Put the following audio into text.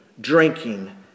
drinking